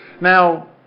Now